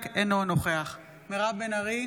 אינו נוכח ולדימיר בליאק, אינו נוכח מירב בן ארי,